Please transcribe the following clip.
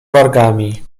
wargami